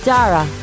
Dara